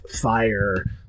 fire